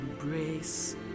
embrace